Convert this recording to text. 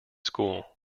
school